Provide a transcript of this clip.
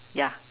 ya